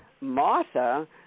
Martha